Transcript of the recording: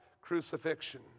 crucifixion